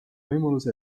võimalus